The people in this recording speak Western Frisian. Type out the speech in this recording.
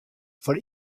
foar